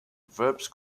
verbs